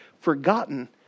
forgotten